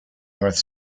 north